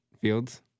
Fields